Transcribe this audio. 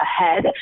ahead